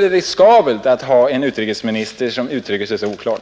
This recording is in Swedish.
det riskabelt att ha en utrikesminister som uttrycker sig så oklart.